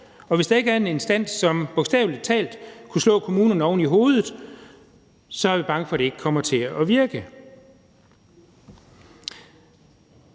Og hvis der ikke er en instans, som sådan bogstavelig talt kan slå kommunerne oven i hovedet, så er vi bange for, at det ikke kommer til at virke.